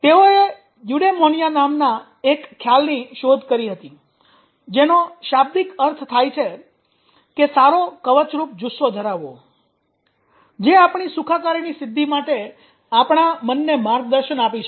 તેઓએ યુડેમોનીયા નામની એક ખ્યાલ ની શોધ કરી હતી જેનો શાબ્દિક અર્થ થાય છે કે 'સારો કવચરૂપ જુસ્સો ધરાવવો' - જે આપણી સુખાકારીની સિદ્ધિ માટે આપણા મનને માર્ગદર્શન આપી શકે